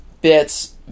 bits